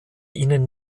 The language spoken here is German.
ihnen